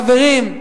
חברים,